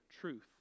truth